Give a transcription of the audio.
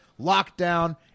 lockdown